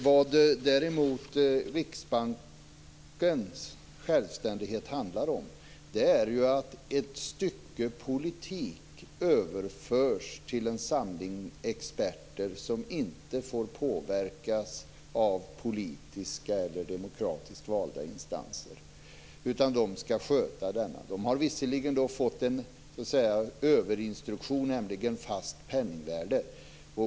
Vad däremot Riksbankens självständighet handlar om är att ett stycke politik överförs till en samling experter som inte får påverkas av politiska eller demokratiskt valda instanser. De har visserligen fått en överinstruktion, nämligen fast penningvärde.